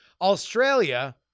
Australia